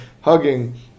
hugging